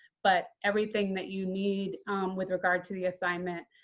but everything that you need with regard to the assignment